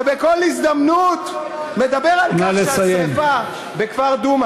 שבכל הזדמנות מדבר על כך שהשרפה בכפר דומא,